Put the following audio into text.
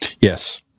Yes